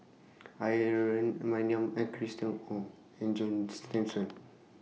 Aaron Maniam Ong and John Thomson